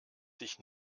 sich